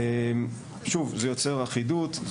זה יוצר אחידות.